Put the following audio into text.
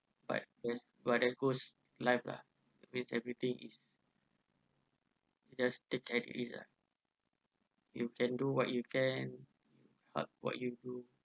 but that's but that's goes life lah that means everything is just stick at it is lah you can do what you can what what you do